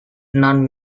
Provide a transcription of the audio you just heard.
non